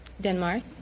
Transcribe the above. Denmark